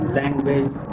language